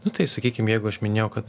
nu tai sakykim jeigu aš minėjau kad